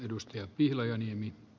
herra puhemies